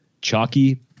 Chalky